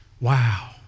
Wow